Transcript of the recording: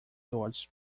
towards